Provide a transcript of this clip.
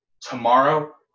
tomorrow